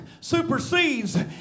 supersedes